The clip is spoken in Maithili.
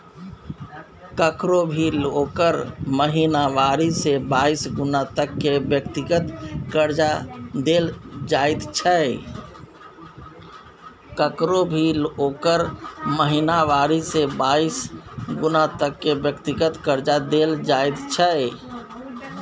ककरो भी ओकर महिनावारी से बाइस गुना तक के व्यक्तिगत कर्जा देल जाइत छै